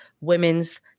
women's